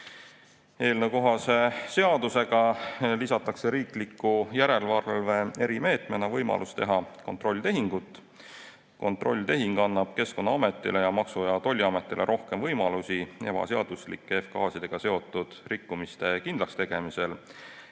Eelnõukohase seadusega lisatakse riikliku järelevalve erimeetmena võimalus teha kontrolltehingut. Kontrolltehing annab Keskkonnaametile ja Maksu‑ ja Tolliametile rohkem võimalusi [avastada] ebaseaduslike F-gaasidega seotud rikkumisi ja võidelda